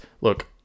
look